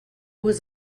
was